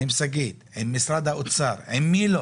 עם שגית אפיק, עם משרד האוצר, עם מי לא,